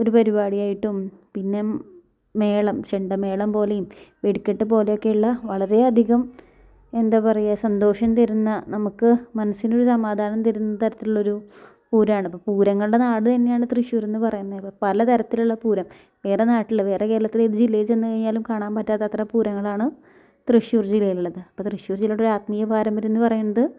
ഒരു പരിപാടിയായിട്ടും പിന്നെ മേളം ചെണ്ടമേളം പോലെയും വെടിക്കെട്ട് പോലെയൊക്കെയുള്ള വളരെയധികം എന്താണ് പറയുക സന്തോഷം തരുന്ന നമുക്ക് മനസ്സിനൊരു സമാധാനം തരുന്ന തരത്തിലുള്ളൊരു പൂരമാണ് പൂരങ്ങളുടെ നാട് തന്നെയാണ് തൃശൂർ എന്ന് പറയുന്നത് പല തരത്തിലുള്ള പൂരം വേറെ നാട്ടിലുള്ളത് വേറെ കേരളത്തിൽ ഏത് ജില്ലയിൽ ചെന്ന് കഴിഞ്ഞാലും കാണാൻ പറ്റാത്ത അത്ര പൂരങ്ങളാണ് തൃശൂർ ജില്ലയിലുള്ളത് അപ്പോൾ തൃശൂർ ജില്ലയുടെ ഒരു ആത്മീയ പാരമ്പര്യം എന്ന് പറയുന്നത്